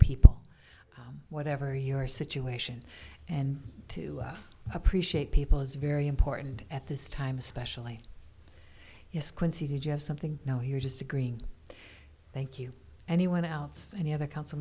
people whatever your situation and to appreciate people is very important at this time especially yes quincy did you have something now here just agreeing thank you anyone else any other council